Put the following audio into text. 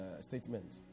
statement